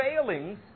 failings